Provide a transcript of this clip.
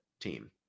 team